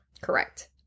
Correct